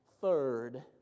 Third